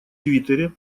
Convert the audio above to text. твиттере